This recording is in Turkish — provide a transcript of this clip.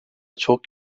çok